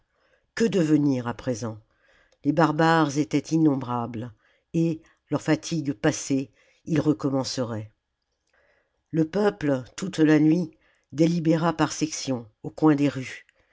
que devenir à présent les barbares étaient innombrables et leur fatigue passée ils recommenceraient le peuple toute la nuit délibéra par sections au coin des rues